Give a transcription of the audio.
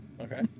Okay